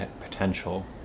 potential